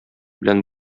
белән